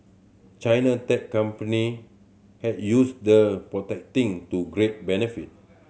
China tech company have used the protecting to great benefit